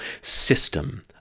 system